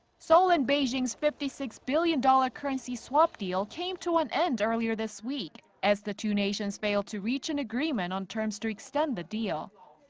seoul and beijing's fifty six billion dollar currency swap deal came to an end earlier this week. as the two nations failed to reach an agreement on terms to extend the deal.